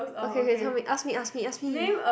okay okay tell me ask me ask me ask me